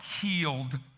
healed